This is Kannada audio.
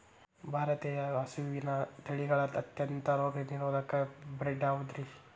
ಭಾರತೇಯ ಹಸುವಿನ ತಳಿಗಳ ಅತ್ಯಂತ ರೋಗನಿರೋಧಕ ಬ್ರೇಡ್ ಯಾವುದ್ರಿ?